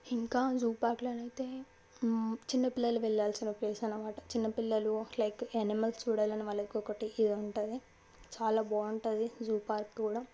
ఇంకా జూ పార్కులోనైతే చిన్నపిల్లలు వెళ్లాల్సిన ప్లేస్ అనమాట చిన్నపిల్లలు అట్ల యానిమల్స్ చూడాలని వాళ్ళకి ఒకటి ఇది ఉంటుంది చాలా బాగుంటుంది జూ పార్క్ కూడా